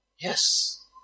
Yes